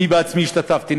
אני עצמי השתתפתי.